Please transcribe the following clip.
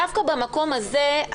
דווקא במקום הזה,